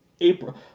April